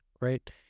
right